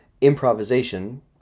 improvisation